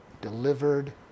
delivered